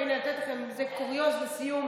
והינה אני נותנת לכם איזה קוריוז לסיום,